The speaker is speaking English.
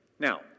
Now